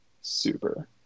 super